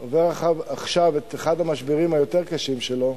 עובר עכשיו את אחד המשברים היותר קשים שלו,